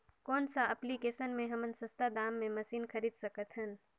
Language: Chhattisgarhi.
कौन सा एप्लिकेशन मे हमन सस्ता दाम मे मशीन खरीद सकत हन?